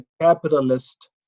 capitalist